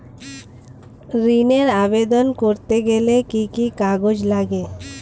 ঋণের আবেদন করতে গেলে কি কি কাগজ লাগে?